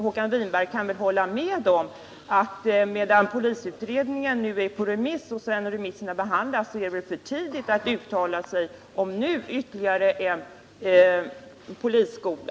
Håkan Winberg kan väl hålla med om att det medan polisutredningens betänkande nu är ute på remiss är för tidigt att uttala sig om huruvida det behövs ytterligare en polisskola.